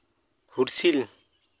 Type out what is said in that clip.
ᱦᱩᱭᱥᱤᱞ